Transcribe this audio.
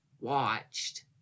watched